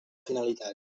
finalitat